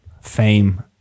fame